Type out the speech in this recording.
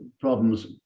problems